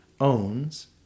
owns